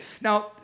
Now